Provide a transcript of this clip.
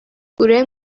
گروه